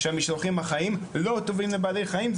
שהמשלוחים החיים לא טובים לבעלי חיים,